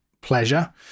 pleasure